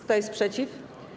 Kto jest przeciw?